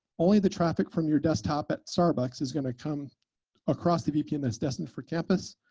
only the traffic from your desktop at starbucks is going to come across the vpn that's destined for campus,